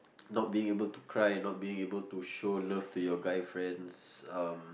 not being able to cry not being able to show love to your guy friends um